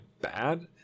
bad